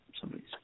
Somebody's –